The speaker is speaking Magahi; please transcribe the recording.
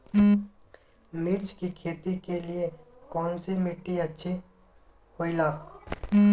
मिर्च की खेती के लिए कौन सी मिट्टी अच्छी होईला?